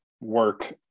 work